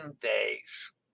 days